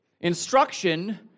instruction